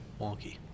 wonky